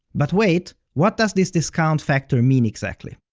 but wait, what does this discount factor mean exactly?